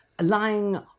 lying